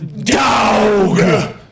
dog